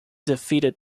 defeated